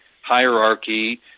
hierarchy